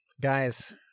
Guys